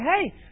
hey